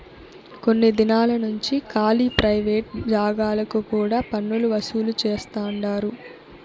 కొన్ని దినాలు నుంచి కాలీ ప్రైవేట్ జాగాలకు కూడా పన్నులు వసూలు చేస్తండారు